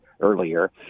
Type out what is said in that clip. earlier